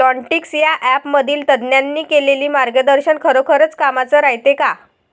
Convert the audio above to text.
Plantix या ॲपमधील तज्ज्ञांनी केलेली मार्गदर्शन खरोखरीच कामाचं रायते का?